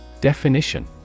Definition